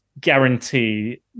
guarantee